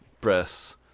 breasts